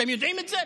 אתם יודעים את זה?